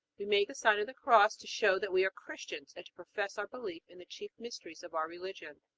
we make the sign of the cross to show that we are christians and to profess our belief in the chief mysteries of our religion.